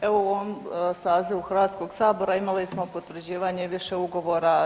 Evo u ovom sazivu Hrvatskog sabora imali smo potvrđivanje više ugovora.